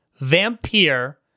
Vampire